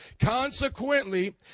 Consequently